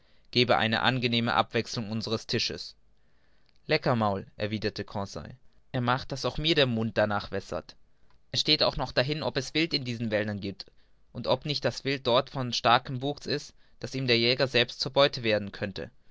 gebe eine angenehme abwechselung unseres tisches leckermund erwiderte conseil er macht daß mir auch der mund darnach wässert es steht auch noch dahin ob es wild in diesen wäldern giebt und ob nicht das wild dort von so starkem wuchs ist daß ihm der jäger selbst zur beute werden könnte